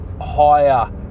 higher